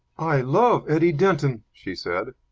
i love eddie denton! she said.